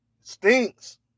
Stinks